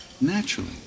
Naturally